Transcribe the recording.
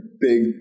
big